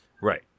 Right